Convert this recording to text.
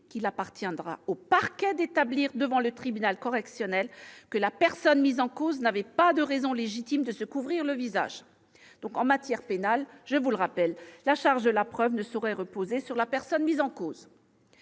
qu'il appartiendra au parquet d'établir devant le tribunal correctionnel que la personne mise en cause n'avait pas de raison légitime de se couvrir le visage. En matière pénale- je vous le rappelle -, la charge de la preuve ne saurait reposer sur la personne mise en cause.